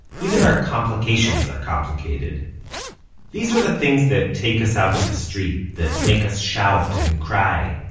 even our complications are complicated these are the things that take us out to the street. that make us shout. and cry.